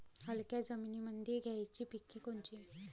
हलक्या जमीनीमंदी घ्यायची पिके कोनची?